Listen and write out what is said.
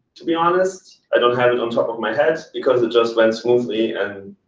to be honest. i don't have it on top of my head, because it just went smoothly and